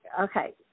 Okay